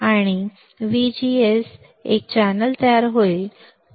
आणि जेव्हा मी व्हीजीएस म्हणतो तेव्हा एक चॅनेल तयार होईल